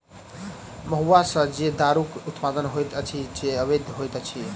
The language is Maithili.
महुआ सॅ जे दारूक उत्पादन होइत अछि से अवैध होइत अछि